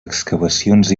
excavacions